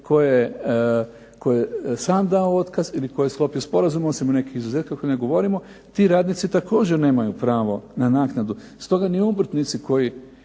tko je sam dao otkaz ili tko je sklopio sporazum, osim nekih izuzetaka o kojima ne govorimo. Ti radnici također nemaju pravo na naknadu. Stoga ni obrtnici koji